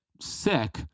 sick